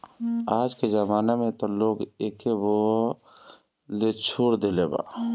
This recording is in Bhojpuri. आजके जमाना में त लोग एके बोअ लेछोड़ देले बा